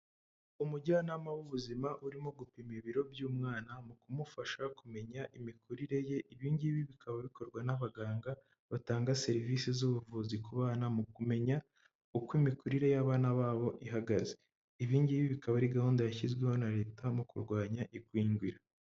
Umujyanama w'ubuzima urimo gupima ibiro by'umwana mu kumufasha kumenya imikurire ye, ibi ngibi bikaba bikorwa n'abaganga batanga serivisi z'ubuvuzi ku bana mu kumenya uko imikurire y'abana babo ihagaze. Ibi ngibi bikaba ari gahunda yashyizweho na leta mu kurwanya igwingira.